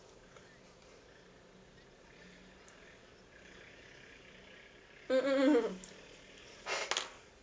mm mm mm mm